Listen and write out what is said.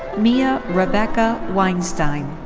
mia rebecca weinstein.